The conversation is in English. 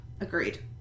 agreed